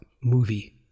movie